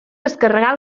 descarregar